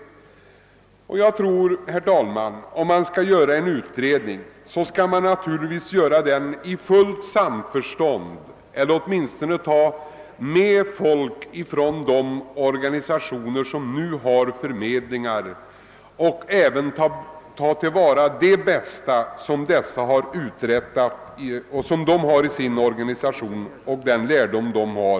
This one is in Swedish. Jag tror, att om man skall göra en utredning, så skall man göra den i fullt samförstånd med eller åtminstone ta med folk från de organisationer som nu har förmedlingar. Man måste även ta till vara det bästa som dessa har i sin organisation och den lärdom de kan ge.